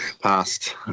past